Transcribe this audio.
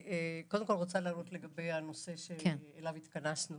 אני קודם כול רוצה לענות לגופו של הנושא שלשמו התכנסנו